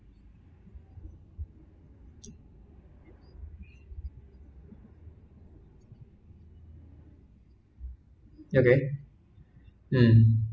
okay um